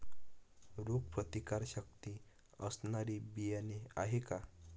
रोगप्रतिकारशक्ती असणारी बियाणे आहे का?